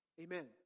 amen